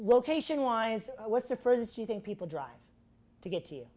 location wise what's the furthest you think people drive to get